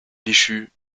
bichu